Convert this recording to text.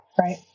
Right